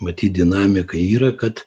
matyt dinamika yra kad